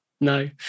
no